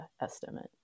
estimate